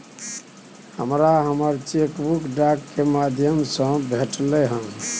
हमरा हमर cheque book डाक के माध्यम से भेटलय हन